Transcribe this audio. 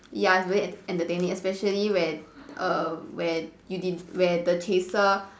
ya it's very en~ entertaining especially when err when you didn't where the chaser